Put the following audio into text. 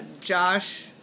Josh